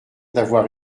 d’avoir